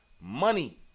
money